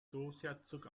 großherzog